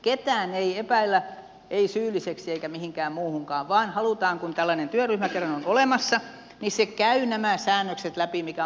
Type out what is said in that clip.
ketään ei epäillä ei syylliseksi eikä mistään muustakaan vaan halutaan kun tällainen työryhmä kerran on olemassa että se käy nämä säännökset läpi mikä on aivan järkevää